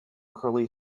curly